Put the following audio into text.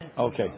Okay